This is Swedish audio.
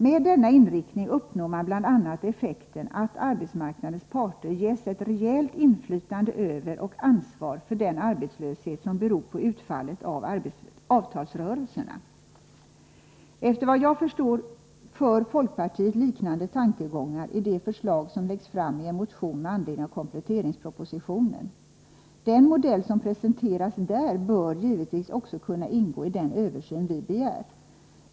Med denna inriktning uppnår man bl.a. effekten att arbetsmarknadens parter ges ett reellt inflytande över och ansvar för den arbetslöshet som beror på utfallet av avtalsrörelserna. Såvitt jag förstår för folkpartiet fram liknande tankegångar i det förslag som läggs fram i en motion med anledning av kompletteringspropositionen. Den modell som presenteras där bör givetvis också kunna ingå i den översyn vi begär.